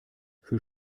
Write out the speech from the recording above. für